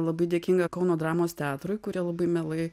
labai dėkinga kauno dramos teatrui kurie labai mielai